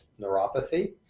neuropathy